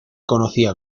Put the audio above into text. conocía